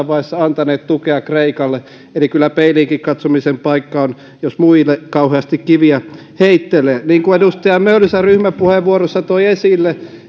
vaiheessa antaneet tukea kreikalle eli kyllä peiliinkin katsomisen paikka on jos muille kauheasti kiviä heittelee niin kuin edustaja mölsä ryhmäpuheenvuorossa toi esille